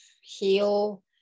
heal